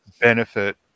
benefit